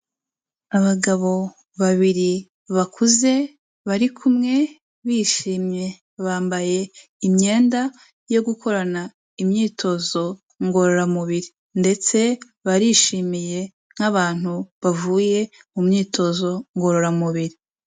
Abagabo babiri bakuze bari kumwe bishimye, bambaye imyenda yo gukorana imyitozo ngororamubiri ndetse barishimye nk'abantu bavuye mu myitozo ngororamubiri.